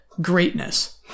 greatness